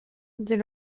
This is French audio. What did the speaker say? dit